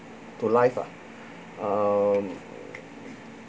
to life ah um